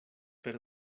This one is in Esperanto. per